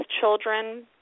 children